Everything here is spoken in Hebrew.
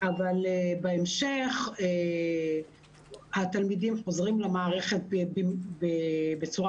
אבל בהמשך התלמידים חוזרים למערכת בצורה